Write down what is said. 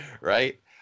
right